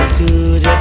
good